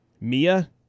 Mia